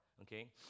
okay